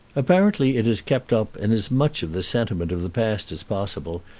apparently it is kept up in as much of the sentiment of the past as possible,